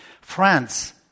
France